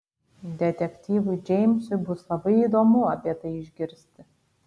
detektyvui džeimsui bus labai įdomu apie tai išgirsti